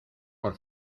por